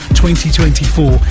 2024